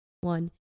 one